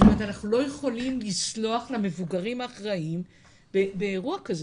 אנחנו לא יכולים לסלוח למבוגרים האחראיים באירוע כזה,